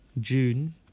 June